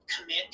commit